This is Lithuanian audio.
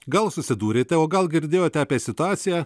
gal susidūrėte o gal girdėjote apie situaciją